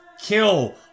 kill